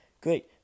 Great